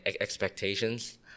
expectations